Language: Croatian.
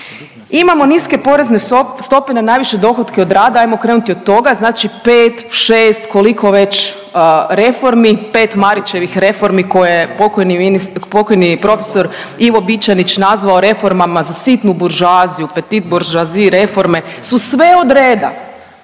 Imamo niske porezne stope na najviše dohotke od rada, ajmo krenuti od toga, znači 5, 6, koliko već reformi, 5 Marićevih reformi koje pokojni profesor Ivo Bičanić nazvao reformama za sitnu buržoaziju, petite bourgeoisie reforme su sve od reda